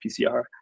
PCR